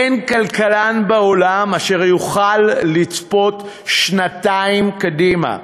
אין כלכלן בעולם אשר יוכל לצפות שנתיים קדימה,